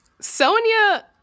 Sonia